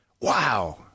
wow